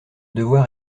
devoir